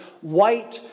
white